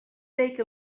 take